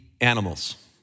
animals